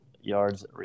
yards